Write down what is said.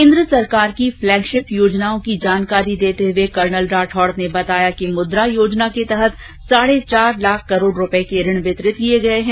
केन्द्र सरकार की फ़्लैगशिप योजनाओं की जानकारी देते हुए कर्नल राज्यवर्द्वन राठौड़ ने बताया कि मुद्रा योजना के तहत साढे चार लाख करोड रूपए के ऋण वितरित किए गए हैं